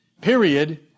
period